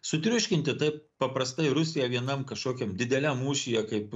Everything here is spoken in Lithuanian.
sutriuškinti taip paprastai rusiją vienam kažkokiam dideliam mūšyje kaip